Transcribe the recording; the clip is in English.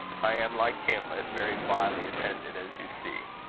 i am, like hamlet, very vilely attended, as you see.